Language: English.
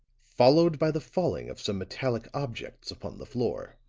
followed by the falling of some metallic objects upon the floor.